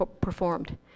performed